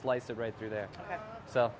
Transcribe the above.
slice it right through there so